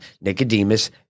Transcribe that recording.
Nicodemus